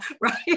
right